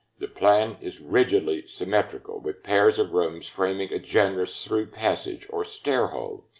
the plan is rigidly symmetrical, with pairs of rooms, framing a generous through passage or stair hall.